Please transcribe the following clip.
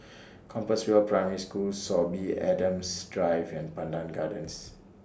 Compassvale Primary School Sorby Adams Drive and Pandan Gardens